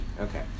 Okay